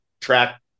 track